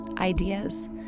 ideas